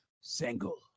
single